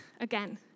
again